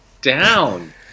down